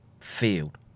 field